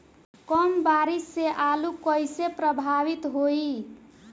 कम बारिस से आलू कइसे प्रभावित होयी?